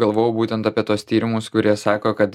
galvojau būtent apie tuos tyrimus kurie sako kad